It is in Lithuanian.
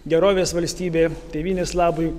gerovės valstybė tėvynės labui